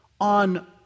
on